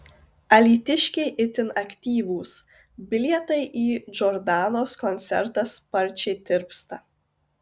alytiškiai itin aktyvūs bilietai į džordanos koncertą sparčiai tirpsta